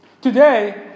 Today